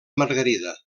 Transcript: margarida